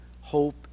hope